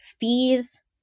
fees